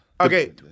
Okay